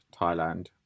Thailand